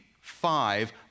five